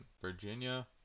Virginia